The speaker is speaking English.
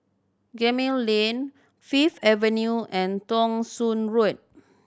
Gemmill Lane Fifth Avenue and Thong Soon Road